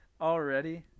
Already